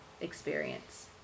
experience